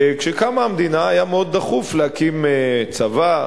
וכשקמה המדינה היה מאוד דחוף להקים צבא,